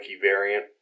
variant